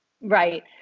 Right